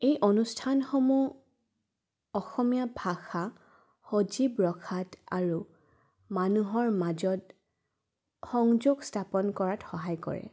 এই অনুষ্ঠানসমূহ অসমীয়া ভাষা সজীৱ ৰখাত আৰু মানুহৰ মাজত সংযোগ স্থাপন কৰাত সহায় কৰে